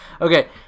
Okay